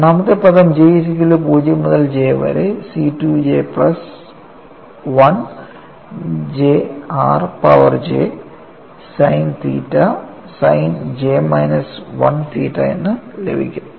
രണ്ടാമത്തെ പദം sigma j0 മുതൽ J വരെ C 2j plus 1 j r power j sine theta sine j minus 1 theta എന്ന് ലഭിക്കും